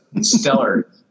stellar